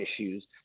issues